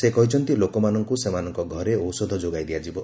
ସେ କହିଛନ୍ତି ଲୋକମାନଙ୍କ ସେମାନଙ୍କ ଘରେ ଔଷଧ ଯୋଗାଇ ଦିଆଯିବ